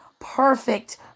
perfect